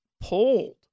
pulled